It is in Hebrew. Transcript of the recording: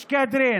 לא, אני לא מתאמץ.